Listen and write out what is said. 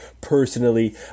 personally